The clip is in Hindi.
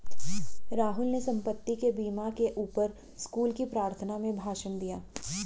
राहुल ने संपत्ति के बीमा के ऊपर स्कूल की प्रार्थना में भाषण दिया